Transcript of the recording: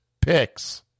picks